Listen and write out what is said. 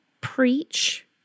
preach